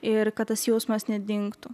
ir kad tas jausmas nedingtų